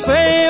Say